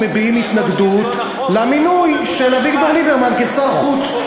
ואנחנו מביעים התנגדות למינוי של אביגדור ליברמן לשר החוץ.